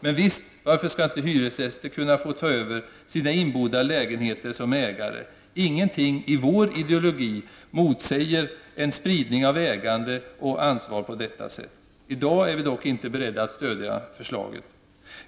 Men visst -- varför skall inte hyresgäster kunna få ta över sina inbodda lägenheter som ägare. Ingenting i vår ideologi motsäger en spridning av ägande och ansvar på detta sätt. I dag är vi dock inte beredda att stödja förslaget.